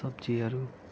सब्जीहरू